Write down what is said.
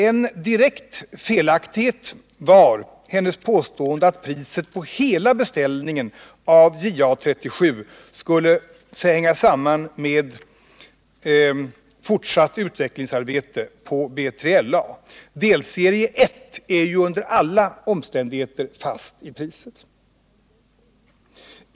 En direkt felaktighet var hennes påstående att priset på hela beställningen av JA 37 skulle hänga samman med fortsatt utvecklingsarbete på B3LA. Priset för delserie 1 är ju under alla omständigheter fast.